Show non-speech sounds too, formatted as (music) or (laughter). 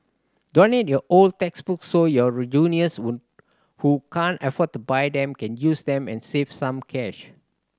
donate your old textbooks so your juniors (unintelligible) who can't afford to buy them can use them and save some cash